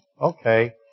Okay